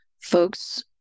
folks